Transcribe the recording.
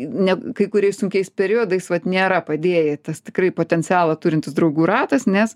ne kai kuriais sunkiais periodais vat nėra padėję tas tikrai potencialo turintis draugų ratas nes